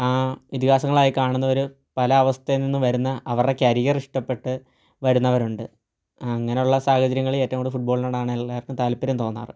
ഇതിഹാസങ്ങളായി കാണുന്നവർ പല അവസ്ഥയിൽ നിന്ന് വരുന്ന ആവരുടെ കരിയറിഷ്ടപ്പെട്ട് വരുന്നവരുണ്ട് അങ്ങനെയുള്ള സാഹചര്യങ്ങളിൽ ഏറ്റവും കൂടുതൽ ഫുട്ബോളിനോടാണ് താൽപര്യം തോന്നാറ്